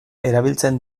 erabiltzen